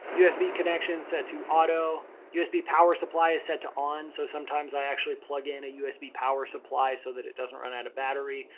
usb connection, set to auto. usb power supply is set to on. so sometimes i actually plug in a usb power supply so that it doesn't run out of battery.